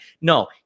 No